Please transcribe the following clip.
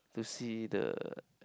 to see the